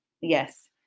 yes